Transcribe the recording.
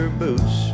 boots